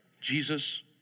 Jesus